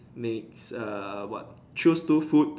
next ah what choose two food